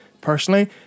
personally